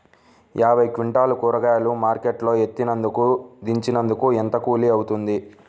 యాభై క్వింటాలు కూరగాయలు మార్కెట్ లో ఎత్తినందుకు, దించినందుకు ఏంత కూలి అవుతుంది?